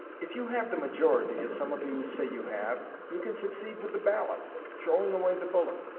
if you have the majority, as some of you say you have, you can succeed with the ballot, throwing away the bullet.